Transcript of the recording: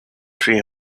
three